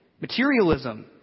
Materialism